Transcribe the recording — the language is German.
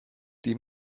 die